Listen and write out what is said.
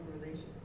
relations